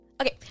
Okay